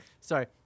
Sorry